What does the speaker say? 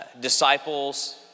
disciples